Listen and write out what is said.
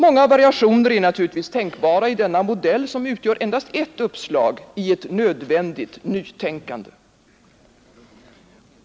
Många variationer är tänkbara i denna modell, som utgör endast ett uppslag i ett nödvändigt nytänkande.